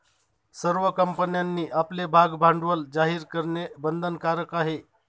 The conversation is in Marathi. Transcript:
सर्व कंपन्यांनी आपले भागभांडवल जाहीर करणे बंधनकारक आहे